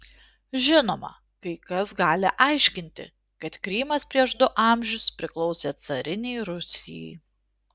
žinoma kai kas gali aiškinti kad krymas prieš du amžius priklausė carinei rusijai